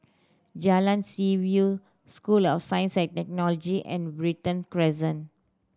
Jalan Seaview School of Science and Technology and Brighton's Crescent